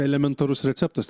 elementarus receptas